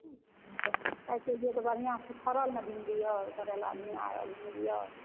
बढ़िआँसँ फड़ल न भिण्डीअर करेला झींगाअर भिण्डीअर